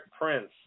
Prince